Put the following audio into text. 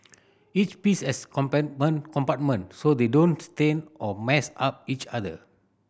each piece has compartment so they don't stain or mess up each other